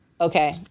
okay